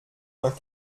vingt